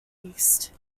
east